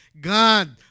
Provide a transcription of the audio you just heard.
God